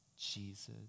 Jesus